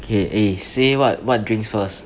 okay eh say what what drinks first